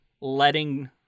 letting